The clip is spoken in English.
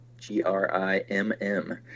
g-r-i-m-m